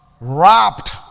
Wrapped